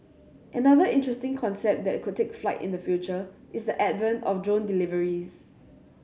another interesting concept that could take flight in the future is the advent of drone deliveries